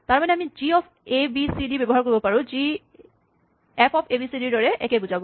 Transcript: তাৰমানে আমি G of A B C ব্যৱহাৰ কৰিব পাৰো যি F of A B C ৰ দৰে একে বুজাব